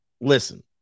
listen